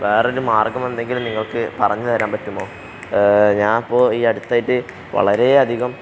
വേറൊരു മാർഗ്ഗം എന്തെങ്കിലും നിങ്ങൾക്ക് പറഞ്ഞ് തരാൻ പറ്റുമോ ഞാൻ ഇപ്പോൾ ഈ അടുത്തായിട്ട് വളരെയധികം